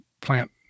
plant